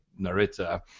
Narita